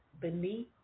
Beneath